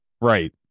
Right